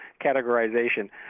categorization